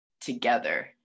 together